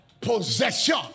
possession